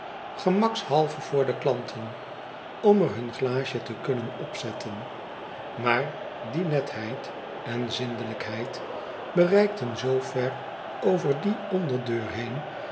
gemakshalve voor de klanten om er hun glaasje te kunnen opzetten maar die netheid en zindelijkheid reikten zoo ver over die onderdeur heen